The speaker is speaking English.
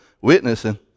witnessing